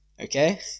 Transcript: okay